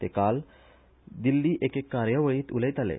ते काल दिल्ली एके कार्यावळींत उलयताले